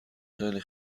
خیلی